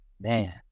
man